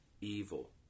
evil